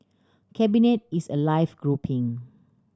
cabinet is a live grouping